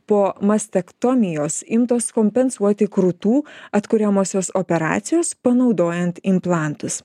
po mastektomijos imtos kompensuoti krūtų atkuriamosios operacijos panaudojant implantus